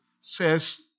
says